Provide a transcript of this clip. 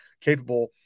capable